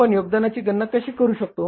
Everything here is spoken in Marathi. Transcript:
आपण योगदानाची गणना कशी करू शकतो